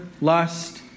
lust